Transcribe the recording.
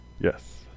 Yes